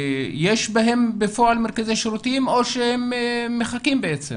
יש בהם בפועל מרכזי שירותים או שהם מחכים בעצם?